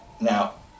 Now